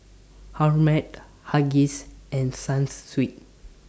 Huggies and Sunsweet